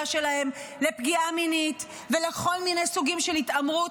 שלהן לפגיעה מינית ולכל מיני סוגים של התעמרות,